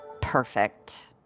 Perfect